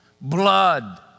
blood